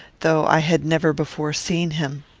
though i had never before seen him.